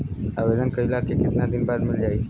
आवेदन कइला के कितना दिन बाद मिल जाई?